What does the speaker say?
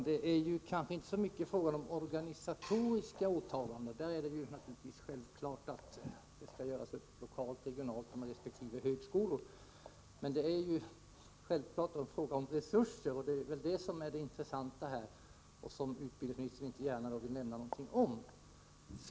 Herr talman! Det är kanske inte så mycket fråga om organisatoriska åtaganden — detta skall naturligtvis göras upp lokalt och regionalt med resp. högskolor — utan det är självfallet en fråga om resurser. Detta är det intressanta i det här sammanhanget, och det vill utbildningsministern inte gärna säga någonting om.